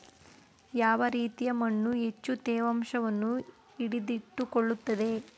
ಯಾವ ರೀತಿಯ ಮಣ್ಣು ಹೆಚ್ಚು ತೇವಾಂಶವನ್ನು ಹಿಡಿದಿಟ್ಟುಕೊಳ್ಳುತ್ತದೆ?